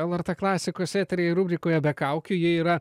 lrt klasikos eteryje rubrikoje be kaukių jie yra